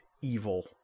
evil